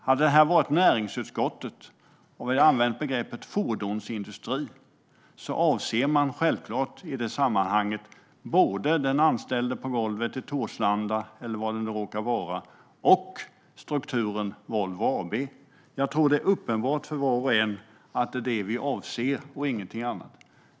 Om det hade varit näringsutskottet som hade debatterat och man hade använt begreppet fordonsindustri hade man självklart i detta sammanhang avsett både den anställde på golvet i Torslanda eller någon annanstans och strukturen Volvo AB. Jag tror att det är uppenbart för var och en att det är detta som vi avser och ingenting annat.